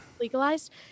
legalized